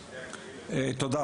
תודה.